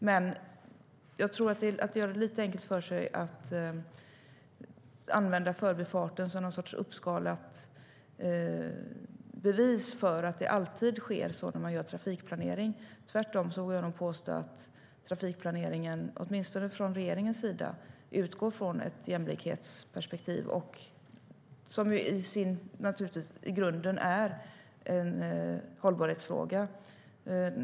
Men jag tror att det är att göra det lite enkelt för sig att använda Förbifarten som någon sorts uppskalat bevis för att det alltid sker sådant när man gör trafikplanering. Jag vill nog tvärtom påstå att trafikplaneringen, åtminstone från regeringens sida, utgår från ett jämlikhetsperspektiv.I grunden är det naturligtvis en hållbarhetsfråga.